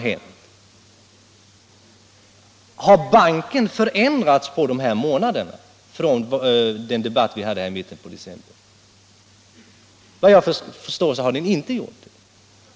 Har banken förändrats? Efter vad jag förstår har den inte gjort det.